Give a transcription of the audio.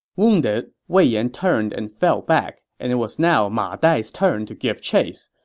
wounded, wei yan turned and fell back, and it was now ma dai's turn to give chase.